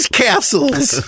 castles